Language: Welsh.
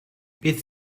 bydd